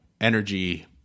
energy